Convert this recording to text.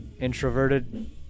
introverted